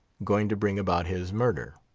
going to bring about his murder.